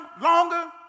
longer